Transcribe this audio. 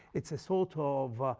it's a sort of,